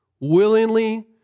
willingly